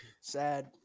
Sad